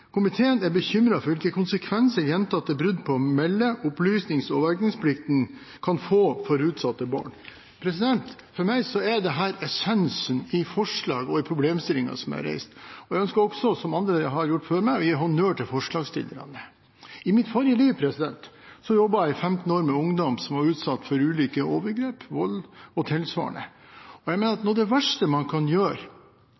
Komiteen er bekymret for hvilke konsekvenser gjentatte brudd på melde-, opplysnings- og avvergingsplikten kan få for utsatte barn.» For meg er dette essensen i forslaget og i problemstillingen som er reist, og jeg ønsker også, som andre har gjort før meg, å gi honnør til forslagsstillerne. I mitt forrige liv jobbet jeg 15 år med ungdom som var utsatt for ulike overgrep, vold og tilsvarende. Jeg mener at